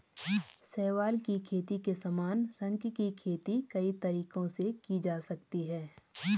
शैवाल की खेती के समान, शंख की खेती कई तरीकों से की जा सकती है